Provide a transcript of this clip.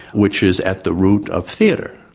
which is at the root of theatre,